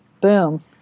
boom